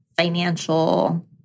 financial